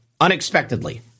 unexpectedly